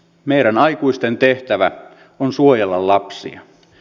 meidän aikuisten tehtävä on suojella lapsia